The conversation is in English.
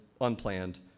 unplanned